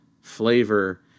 flavor